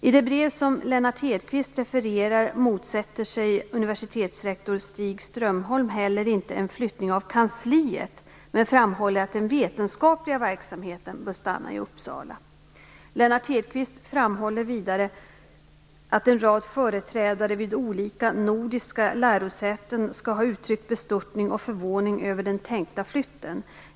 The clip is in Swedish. I det brev som Lennart Hedquist refererar motsätter sig universitetsrektor Stig Strömholm heller inte en flyttning av kansliet men framhåller att den vetenskapliga verksamheten bör stanna i Uppsala. Lennart Hedquist framhåller vidare att en rad företrädare vid olika nordiska lärosäten skall ha uttryckt bestörtning och förvåning över den tänkta flytten.